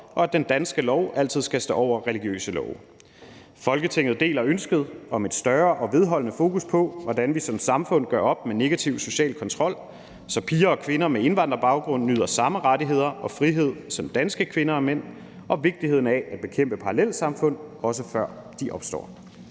og at den danske lov altid skal stå over religiøse love. Folketinget deler ønsket om et større og vedholdende fokus på, hvordan vi som samfund gør op med negativ social kontrol, så piger og kvinder med indvandrerbaggrund nyder samme rettigheder og frihed som danske kvinder og mænd, og vigtigheden af at bekæmpe parallelsamfund – også før de opstår.«